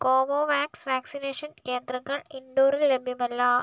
Covovax vaccination കേന്ദ്രങ്ങൾ ഇൻഡോറിൽ ലഭ്യമല്ല